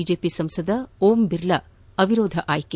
BJP ಸಂಸದ ಓಂ ಬಿರ್ಲಾ ಅವಿರೋಧ ಆಯ್ಲೆ